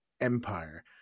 empire